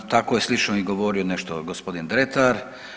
Tako je slično i govorio nešto gospodin Dretar.